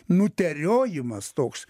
nuteriojimas toks